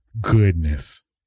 goodness